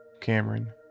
Cameron